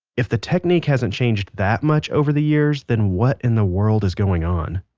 if the technique hasn't changed that much over the years then what in the world is going on?